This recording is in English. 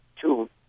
two